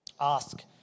Ask